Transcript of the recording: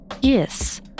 Yes